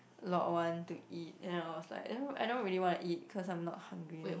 Lot One to eat and I was like I don't I don't really want to eat cause I'm not hungry then